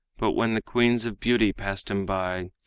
but when the queens of beauty passed him by,